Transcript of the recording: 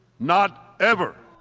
not ever.